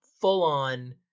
full-on